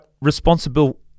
responsible